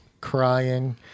crying